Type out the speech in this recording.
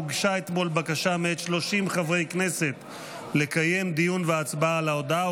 הוגשה אתמול בקשה מאת 30 חברי כנסת לקיים דיון והצבעה על ההודעה,